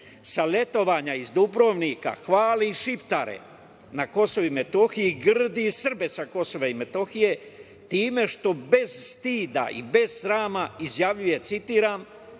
sa letovanja iz Dubrovnika hvali Šiptare na Kosovu i Metohiji, grdi Srbe sa Kosova i Metohije time što bez stida i bez srama izjavljuje, citiram: